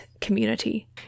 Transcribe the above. community